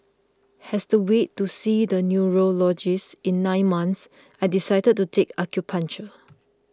as the wait to see the neurologist in nine months I decided to take acupuncture